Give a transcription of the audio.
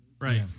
right